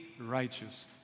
righteous